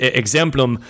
exemplum